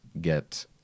get